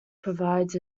provides